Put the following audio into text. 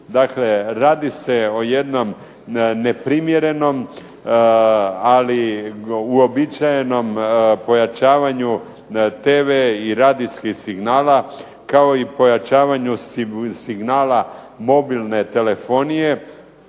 Dakle, radi se o jednom neprimjerenom, ali uobičajenom pojačavanju tv i radijskih signali, kao i pojačavanju signala mobilne telefonije